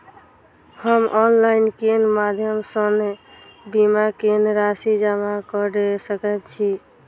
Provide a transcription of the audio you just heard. हम ऑनलाइन केँ माध्यम सँ बीमा केँ राशि जमा कऽ सकैत छी?